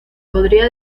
podría